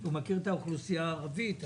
הוא מכיר את האוכלוסייה הערבית.